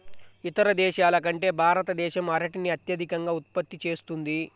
ఇతర దేశాల కంటే భారతదేశం అరటిని అత్యధికంగా ఉత్పత్తి చేస్తుంది